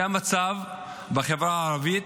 זה המצב בחברה הערבית,